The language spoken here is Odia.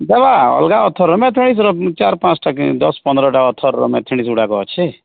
ଦବା ଅଲଗା ଅଥର ତମେ ଚାରି ପାଞ୍ଚଟା କେ ଦଶ ପନ୍ଦରଟା ଅଥର ର ମ୍ୟାଥମେଟିକ୍ସ ଗୁଡ଼ାକ ଅଛି